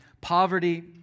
poverty